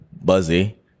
buzzy